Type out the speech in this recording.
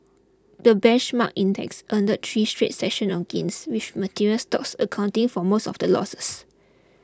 the benchmark index ended three straight sessions of gains with materials stocks accounting for most of the losses